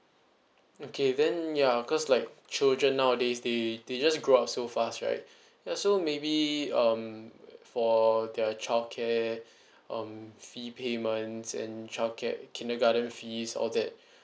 okay then yeah because like children nowadays they they just grow up so fast right yeah so maybe um for their childcare um fee payments in childcare kindergarten fees all that